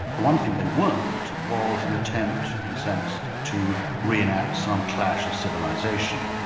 the one thing they weren't was an attempt, in a sense, to re-enact some clash of civilisation.